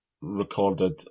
recorded